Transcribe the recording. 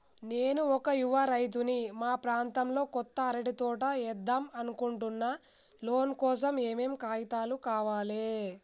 నేను ఒక యువ రైతుని మా ప్రాంతంలో కొత్తగా అరటి తోట ఏద్దం అనుకుంటున్నా లోన్ కోసం ఏం ఏం కాగితాలు కావాలే?